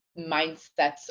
mindsets